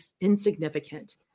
insignificant